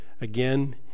again